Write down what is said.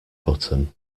button